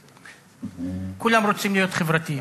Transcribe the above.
כולם רוצים להיות חברתיים,